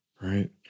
right